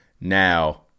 Now